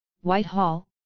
Whitehall